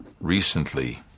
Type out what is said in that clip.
recently